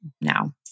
now